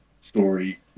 story